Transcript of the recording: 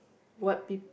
what peep